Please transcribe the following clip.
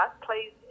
please